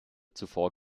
zuvor